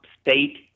state